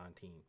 team